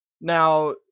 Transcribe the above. Now